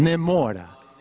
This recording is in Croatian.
Ne mora…